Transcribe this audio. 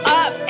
up